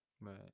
right